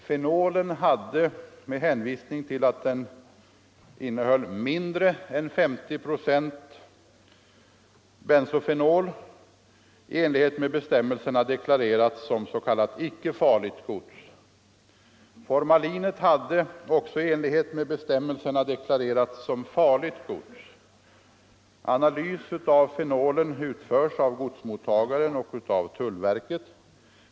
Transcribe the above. Fenolen hade med hänvisning till att den innehöll mindre än 50 procent bensofenol, i enlighet med bestämmelserna deklarerats såsom s.k. icke farligt gods. Formalinet hade, också i enlighet med bestämmelserna, deklarerats såsom farligt gods. En analys av fenolen utfördes av godsmottagaren och av tullverket.